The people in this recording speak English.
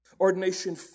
Ordination